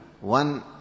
One